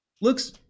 Looks